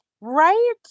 Right